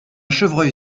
chevreuil